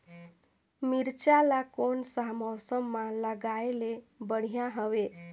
मिरचा ला कोन सा मौसम मां लगाय ले बढ़िया हवे